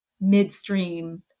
midstream